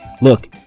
Look